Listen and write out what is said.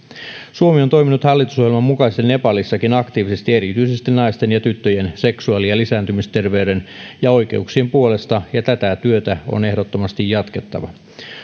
suomi on toiminut hallitusohjelman mukaisesti nepalissakin aktiivisesti erityisesti naisten ja tyttöjen seksuaali ja lisääntymisterveyden ja oikeuksien puolesta ja tätä työtä on ehdottomasti jatkettava